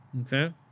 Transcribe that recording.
okay